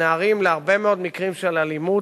נערים להרבה מאוד מקרים של אלימות,